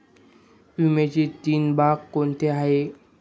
विम्याचे तीन भाग कोणते आहेत?